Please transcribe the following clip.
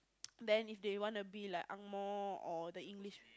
then if they want a bit like angmoh or the English